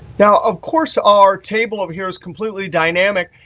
now of course, our table over here is completely dynamic.